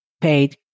paid